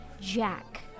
Jack